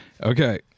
Okay